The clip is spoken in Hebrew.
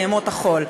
בימות החול.